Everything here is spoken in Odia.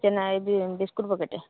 ଛେନା ଏଇି ବିସ୍କୁଟ ପକେଟ